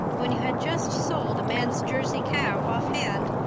when you had just sold a man's jersey cow offhand,